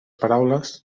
paraules